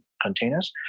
containers